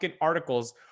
articles